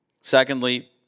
Secondly